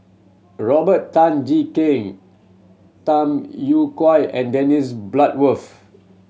Robert Tan Jee Keng Tham Yui Kai and Dennis Bloodworth